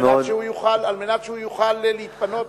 על מנת שהוא יוכל להתפנות.